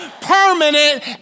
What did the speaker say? permanent